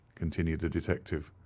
continued the detective.